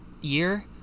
year